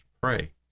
pray